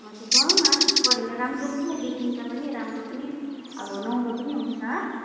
हजुर गराउन त्यस्तो गऱ्यो भने राम्रो पनि देखिन्छ पनि राम्रो पनि अब नौलो पनि हुन्छ